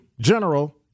General